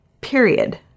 period